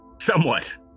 somewhat